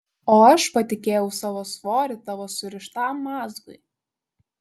o aš patikėjau savo svorį tavo surištam mazgui